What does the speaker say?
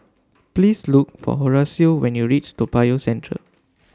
Please Look For Horacio when YOU REACH Toa Payoh Central